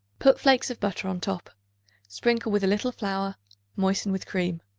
put flakes of butter on top sprinkle with a little flour moisten with cream.